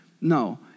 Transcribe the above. No